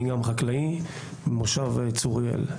אני גם חקלאי ממושב צוריאל.